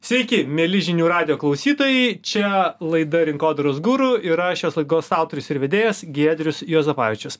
sveiki mieli žinių radijo klausytojai čia laida rinkodaros guru ir aš šios laidos autorius ir vedėjas giedrius juozapavičius